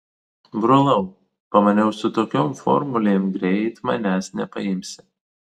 brolau pamaniau su tokiom formulėm greit manęs nepaimsi